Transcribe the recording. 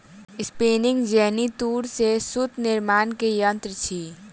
spinning jenny तूर से सूत निर्माण के यंत्र अछि